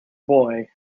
boy